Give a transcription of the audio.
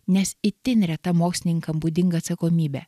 nes itin reta mokslininkam būdinga atsakomybe